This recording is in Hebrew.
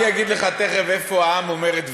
אני אגיד לך תכף איפה העם אומר את דברו.